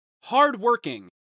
hardworking